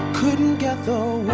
couldn't get the